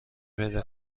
پیدا